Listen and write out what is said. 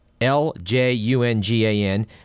L-J-U-N-G-A-N